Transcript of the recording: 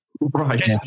right